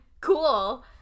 cool